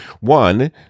One